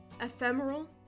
Ephemeral